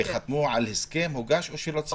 וחתמו על הסכם שהוגש או שלא צריך?